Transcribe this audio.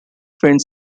friend